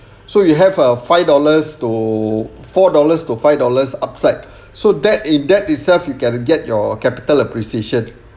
so you have a five dollars to four dollars to five dollars upside so that in that itself you can get your capital appreciation